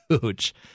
huge